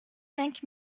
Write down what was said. cinq